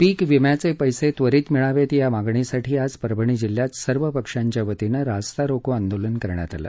पीकविम्याचे पैसे त्वरीत मिळावेत या मागणीसाठी आज परभणी जिल्ह्यात सर्व पक्षांच्या वतीनं रास्ता रोको आंदोलन करण्यात आलं